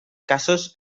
casos